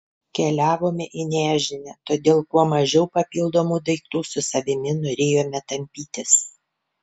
keliavome į nežinią todėl kuo mažiau papildomų daiktų su savimi norėjome tampytis